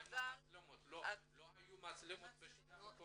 לא היו מצלמות בשני המקומות?